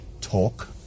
Talk